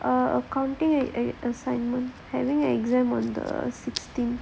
oh accounting assingment having exam on the sixteenth